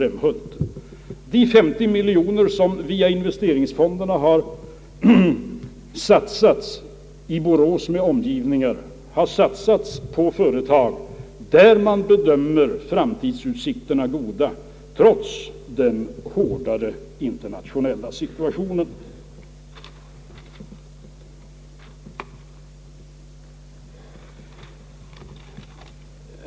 Det är till dags dato 50 mil joner som via investeringsfonderna har satsats på företag i Borås med omgivningar, där man bedömer framtidsutsikterna som goda trots den hårdare internationella situationen.